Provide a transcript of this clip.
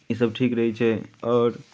इसभ ठीक रहैत छै आओर